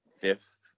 fifth